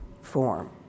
form